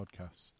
podcasts